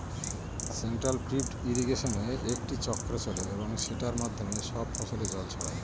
central pivot ইর্রিগেশনে একটি চক্র চলে এবং সেটার মাধ্যমে সব ফসলে জল ছড়ায়